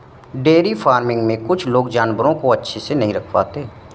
dairy farming में कुछ लोग जानवरों को अच्छे से नहीं रख पाते